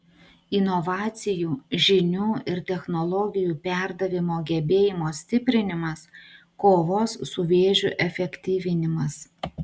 inovacijų žinių ir technologijų perdavimo gebėjimo stiprinimas kovos su vėžiu efektyvinimas